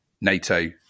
NATO